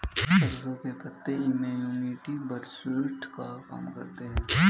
सरसों के पत्ते इम्युनिटी बूस्टर का काम करते है